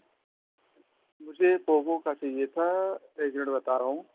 مجھے پوکو کا چاہیے تھا ایک منٹ بتا رہا ہوں